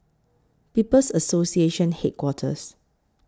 People's Association Headquarters